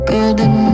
Golden